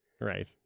Right